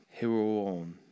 heroon